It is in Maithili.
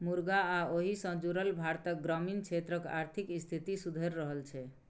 मुरगा आ ओहि सँ जुरल भारतक ग्रामीण क्षेत्रक आर्थिक स्थिति सुधरि रहल छै